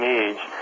age